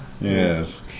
Yes